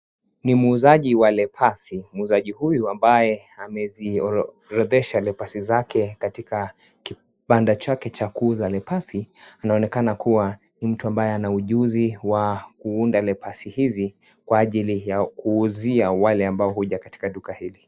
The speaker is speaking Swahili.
Ni muuzaji wa lepasi. Muuzaji huyu huyu ambaye ameziorodhesha lepasi zake katika kibanda chake cha kuunda lepasi anaonekana kuwa ni mtu ambaye ana ujuzi wa kuunda lepasi hizi kwa ajili ya kuuzia wale ambao huja katika duka hili.